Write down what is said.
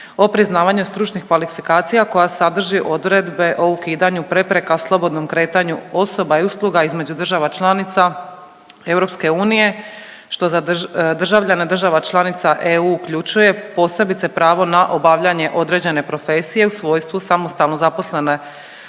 o priznavanju stručnih kvalifikacija koja sadrži odredbe o ukidanju prepreka slobodnom kretanju osoba i usluga između država članica EU što za državljane država članica EU uključuje posebice pravo na obavljanje određene profesije u svojstvu samostalno zaposlene